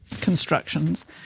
constructions